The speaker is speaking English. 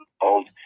Old